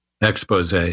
expose